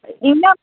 इयां